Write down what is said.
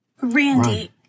Randy